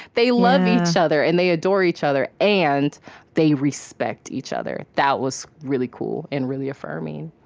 they love each other and they adore each other. and they respect each other. that was really cool and really affirming